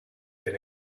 been